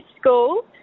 school